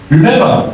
Remember